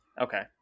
Okay